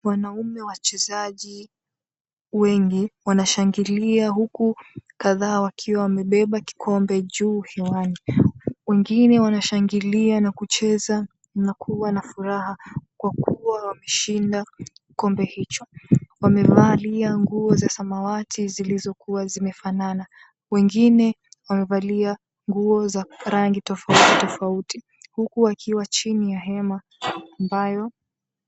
Wanaume wachezaji wengi. Wanashangilia huku kadhaa wakiwa wamebeba kikombe juu hewani. Wengine wanashangilia na kucheza na kuwa na furaha kwa kuwa wameshinda kikombe hicho. Wamevalia nguo za samawati zilizokuwa zimefanana, wengine wamevalia nguo za rangi tofauti tofauti. Huku wakiwa chini ya hema ambayo.